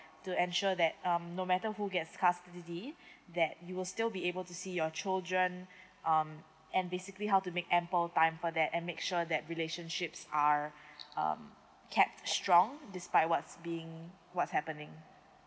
to ensure that um no matter who gets custody that you will still be able to see your children um and basically how to make ample time for that and make sure that relationships are um kept strong despite what's being what's happening